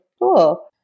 Cool